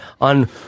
on